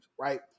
right